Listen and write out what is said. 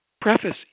preface